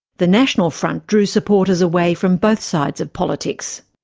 the national front drew supporters away from both sides of politics.